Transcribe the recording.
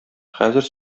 хәзер